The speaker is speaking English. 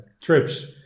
trips